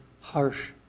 harsh